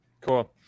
Cool